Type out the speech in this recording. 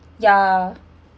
ya